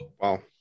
Wow